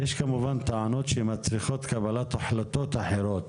יש כמובן טענות שמצריכות קבלת החלטות אחרות,